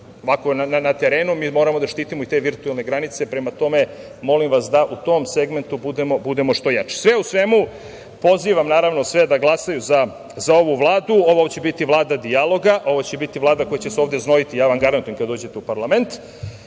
fizički na terenu, mi moramo da štitimo i te virtuelne granice. Prema tome, molim vas da u tom segmentu budemo što jači. Sve u svemu, pozivam, naravno, sve da glasaju za ovu Vladu. Ovo će biti Vlada dijaloga. Ovo će biti Vlada koja će se ovde znojiti, ja vam garantujem, kad dođete u parlament.